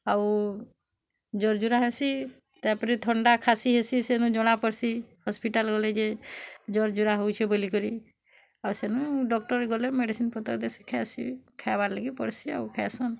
ଆଉ ଜ୍ଵର୍ ଜୁରା ହେସି ତା' ପରେ ଥଣ୍ଡା ଖାଁସି ହେସି ସେନୁ ଜଣା ପଡ଼୍ସି ହସ୍ପିଟାଲ୍ ଗଲେ ଯେ ଜ୍ଵର୍ ଜୁରା ହଉଛେ ବୋଲିକରି ଆଉ ସେନୁ ଡକ୍ଟର୍ ଗଲେ ମେଡିସିନ୍ ପତର୍ ଦେସି ଖାଏସି ଖାଇବା ଲାଗି ପଡ଼୍ସି ଆଉ ଖାଏସନ୍